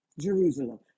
Jerusalem